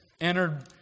entered